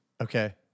Okay